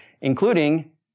including